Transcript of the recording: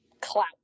clout